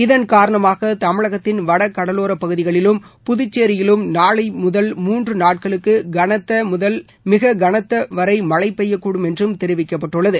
இதன் காரணமாக தமிழகத்தின் வட கடலோரப் பகுதிகளிலும் புதுச்சேரியிலும் நாளை முதல் மூன்று நாட்களுக்கு கனத்தது முதல் மிக கனத்தது வரை மழை பெய்யக்கூடும் என்றும் கெரிவிக்கப்பட்டுள்ளது